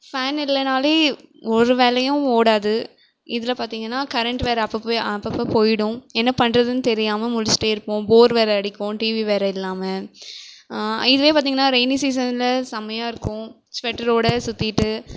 fan இல்லைனாலே ஒரு வேலையும் ஓடாது இதில் பார்த்திங்கனா கரண்ட் வேற அப்பப்போ அப்பப்போ போய்டும் என்ன பண்றதுனு தெரியாம முழிச்சுட்டே இருப்போம் போர் வேற அடிக்கும் டிவி வேற இல்லாமல் இதுவே பார்த்திங்கனா ரெயினி சீசனில் செம்மையாக இருக்கும் ஸ்வெட்டரோட சுற்றிகிட்டு